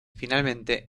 finalmente